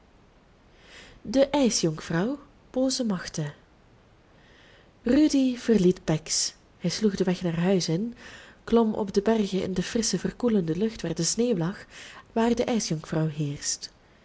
slapen xii booze machten rudy verliet bex hij sloeg den weg naar huis in klom op de bergen in de frissche verkoelende lucht waar de sneeuw lag waar de ijsjonkvrouw heerscht